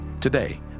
today